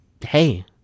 hey